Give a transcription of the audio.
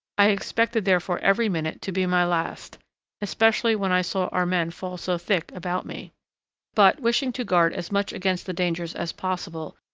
i expected therefore every minute to be my last especially when i saw our men fall so thick about me but, wishing to guard as much against the dangers as possible,